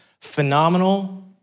phenomenal